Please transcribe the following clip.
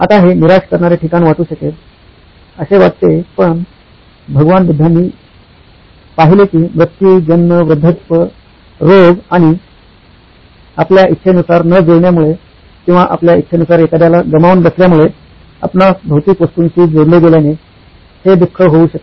आता हे निराश करणारे ठिकाण वाटू शकेल असे वाटते पण भगवान बुद्धांनी पाहिले की मृत्यू जन्म वृध्दत्व रोग आणि आपल्या ईच्छेनुसार न जुळण्यामुळे किंवा आपल्या ईच्छेनुसार एखाद्याला गमावून बसल्या मुळे आपणास भौतिक वस्तूंशी जोडले गेल्याने हे दुःख होऊ शकते